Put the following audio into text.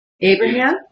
Abraham